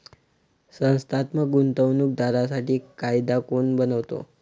संस्थात्मक गुंतवणूक दारांसाठी कायदा कोण बनवतो?